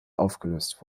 aufgelöst